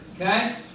Okay